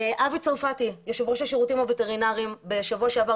דיברתי בשבוע שעבר